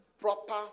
proper